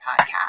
podcast